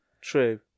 true